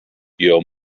your